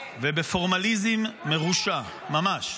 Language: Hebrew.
בפורמליזם מרושע ממש,